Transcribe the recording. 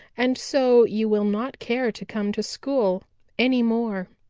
and so you will not care to come to school any more.